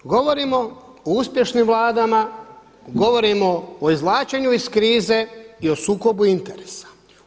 Govorimo o uspješnim Vladama, govorimo o izvlačenju iz krize i o sukobu interesa.